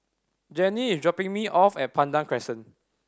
Jenny is dropping me off at Pandan Crescent